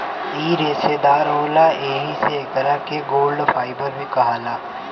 इ रेसादार होला एही से एकरा के गोल्ड फाइबर भी कहाला